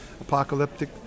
apocalyptic